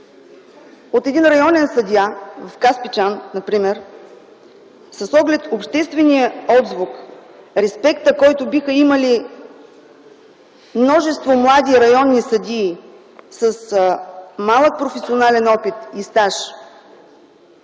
от районен съдия, примерно в Каспичан, с оглед обществения отзвук, респекта, който биха имали множество млади районни съдии с малък професионален опит и стаж...